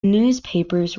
newspapers